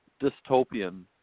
dystopian